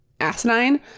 asinine